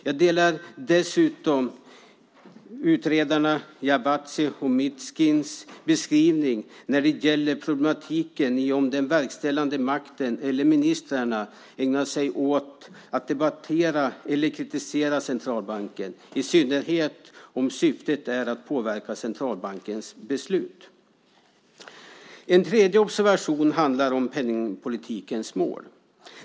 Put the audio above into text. Jag delar dessutom utredarna Giavazzis och Mishkins beskrivning när det gäller problematiken i om den verkställande makten eller ministrarna ägnar sig åt att debattera eller kritisera centralbanken, i synnerhet om syftet är att påverka centralbankens beslut. En tredje observation handlar om penningpolitikens mål.